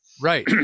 Right